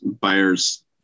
buyers